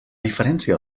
diferència